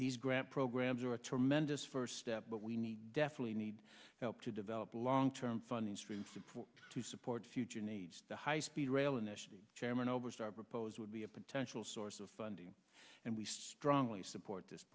these grant programs are a tremendous first step but we need definitely need help to develop long term funding streams support to support future needs the high speed rail initiative chairman oberstar proposed would be a potential source of funding and we strongly support this